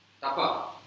Tapa